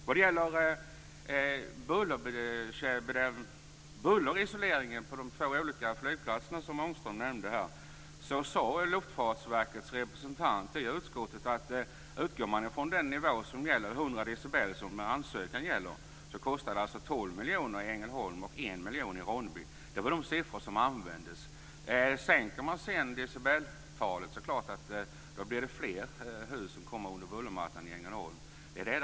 Vad gäller bullerisoleringen vid de två flygplatser som Ångström nämnde sade Luftfartsverkets representant i utskottet att med den nivå som ansökan gäller, 100 decibel, kostar det 12 miljoner i Ängelholm och 1 miljon i Ronneby. Det var de siffror som angavs. Om man sänker decibeltalet kommer fler hus att hamna under bullermattan i Ängelholm.